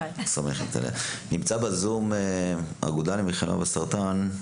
רטס, האגודה למלחמה בסרטן.